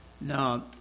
Now